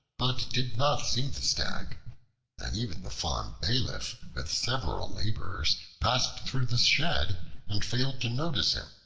but did not see the stag and even the farm-bailiff with several laborers passed through the shed and failed to notice him.